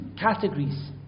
categories